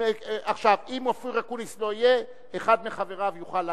אם אופיר אקוניס לא יהיה, אחד מחבריו יוכל להקדים.